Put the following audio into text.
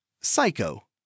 Psycho